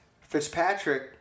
Fitzpatrick